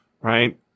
right